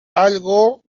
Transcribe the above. algo